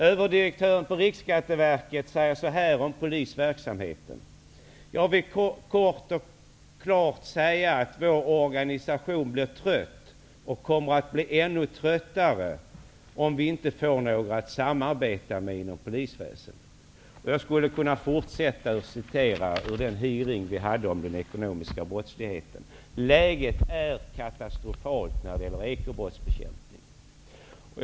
Överdirektören på Riksskatteverket säger så här om polisverksamheten: Jag vill kort och klart säga att vår organisation blir trött och kommer att bli ännu tröttare om vi inte får några att samarbeta med inom polisväsendet. Jag skulle kunna fortsätta att citera ur den hearing vi hade om den ekonomiska brottsligheten. Läget är katastrofalt när det gäller bekämpningen av ekonomisk brottslighet.